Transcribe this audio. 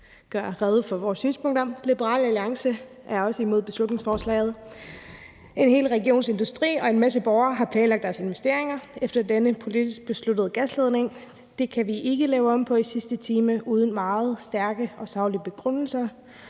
gøre rede for vores synspunkter. Liberal Alliance er også imod beslutningsforslaget. En hel regions industri og en masse borgere har planlagt deres investeringer efter denne politisk besluttede gasledning. Det kan vi ikke lave om på i sidste time uden meget stærke og saglige begrundelser,